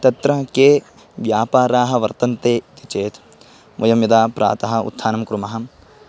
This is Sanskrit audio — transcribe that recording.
तत्र के व्यापाराः वर्तन्ते इति चेत् वयं यदा प्रातः उत्थानं कुर्मः